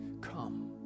come